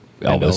Elvis